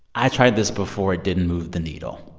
i tried this before. it didn't move the needle.